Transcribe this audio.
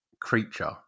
creature